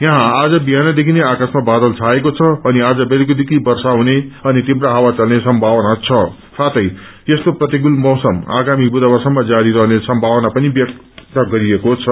यर्छौ आज विहानदेखि नै आकाशमा बादत छएको छ अनि आज बेलुकीदेखि वर्षा हुने अनि तीव्र हावा चल्ने सम्भावना छ साथै यस्तो प्रतिकूल मौसम आगामी बुषवारसम्म जारी रहने सम्मावना पनि विभागले ब्यक्त गरेको छ